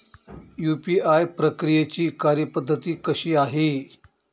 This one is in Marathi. यू.पी.आय प्रक्रियेची कार्यपद्धती कशी आहे?